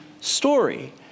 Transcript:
story